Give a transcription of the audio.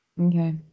Okay